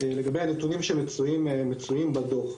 לגבי הנתונים שמצויים בדוח,